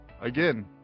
again